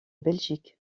belgique